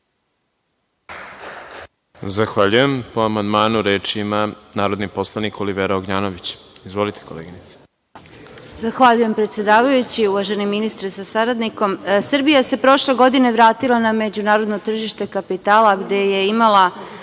Zahvaljujem. Po amandmanu, reč ima narodni poslanik Olivera Ognjanović. Izvolite, koleginice. **Olivera Ognjanović** Zahvaljujem, predsedavajući. Uvaženi ministre sa saradnikom, Srbija se prošle godine vratila na međunarodno tržište kapitala gde je imala